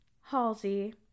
Halsey